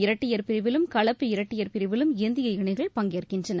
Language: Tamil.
இரட்டையர் பிரிவிலும் கலப்பு இரட்டையர் பிரிவிலும் ஆடவர் இந்திய இணை பங்கேற்கின்றன